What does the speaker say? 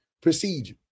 procedure